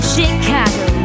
Chicago